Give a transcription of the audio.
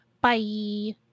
Bye